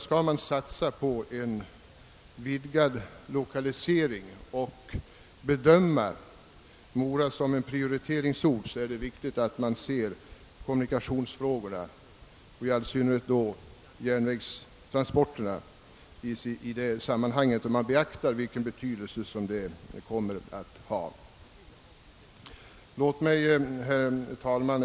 Skall man satsa på Mora som Pprioriteringsort vid en utökad lokalisering är det viktigt att man beaktar kommunikationernas, i all synnerhet järnvägsförbindelsernas, betydelse i sammanhanget.